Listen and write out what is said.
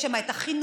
יש שם את החינוך,